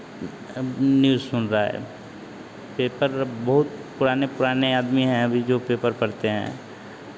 news सुन रहा है पेपर अब बहुत पुराने पुराने आदमी हैं अभी जो पेपर पढ़ते हैं